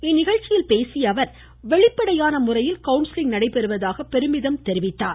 இந்நிகழ்ச்சியில் பேசிய அவர் வெளிப்படையான முறையில் கவுன்சிலிங் நடைபெறுவதாக பெருமிதம் தெரிவித்தார்